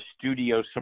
studio